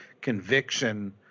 conviction